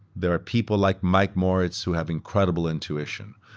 there are people like mike moritz who have incredible intuition.